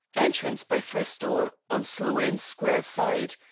entrance by first door on sloane square side,